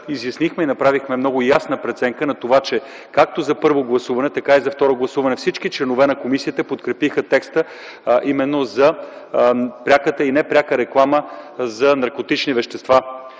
изяснихме и направихме много ясна преценка на това, че както за първо гласуване, така и за второ гласуване всички членове на комисията подкрепиха текста именно за пряката и непряка реклама на наркотични вещества.